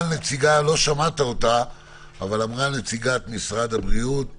חגי, לא שמעת את נציגת משרד הבריאות